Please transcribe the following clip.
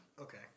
Okay